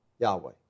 Yahweh